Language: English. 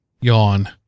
Yawn